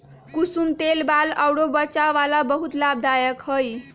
कुसुम तेल बाल अउर वचा ला बहुते लाभदायक हई